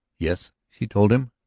yes, she told him.